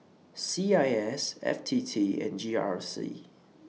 C I S F T T and G R C